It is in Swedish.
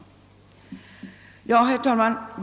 Herr talman!